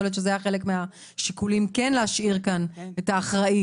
יכול להיות שזה היה חלק מהשיקולים כן להשאיר כאן את האחראי,